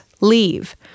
leave